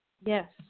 Yes